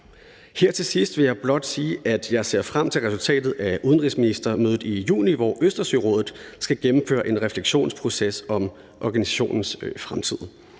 Her til sidst vil jeg blot sige, at jeg ser frem til resultatet af udenrigsministermødet i juni, hvor Østersørådet skal gennemføre en refleksionsproces angående organisationens fremtid.